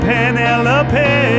Penelope